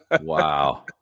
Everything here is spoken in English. Wow